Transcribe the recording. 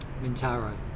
Mintaro